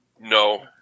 No